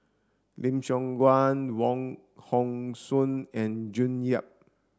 Lim Siong Guan Wong Hong Suen and June Yap